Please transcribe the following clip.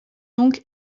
donc